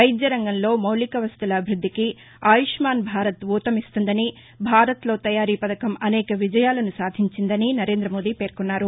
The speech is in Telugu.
వైద్యరంగంలో మౌలిక వసతుల అభివృద్దికి ఆయుష్మాన్భారత్ ఊతమిస్తుందని భారత్లో తయారీ పథకం అనేక విజయాలను సాధించిందని నరేందమోదీ పేర్కొన్నారు